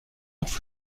autre